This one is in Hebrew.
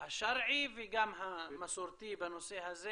השרעי וגם המסורתי בנושא הזה